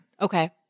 Okay